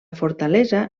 fortalesa